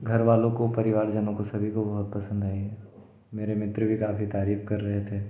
घरवालों को परिवारजनों को सभी को बहुत पसंद आई है मेरे मित्र भी काफ़ी तारीफ कर थे